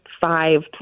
five